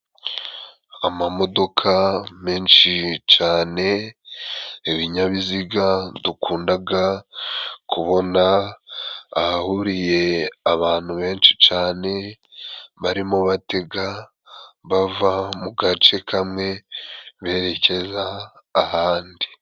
Amamodoka menshi cane ibinyabiziga dukundaga kubona ahahuriye abantu benshi, cane barimo batega bava mu gace kamwe berekeza ahandi.